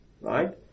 right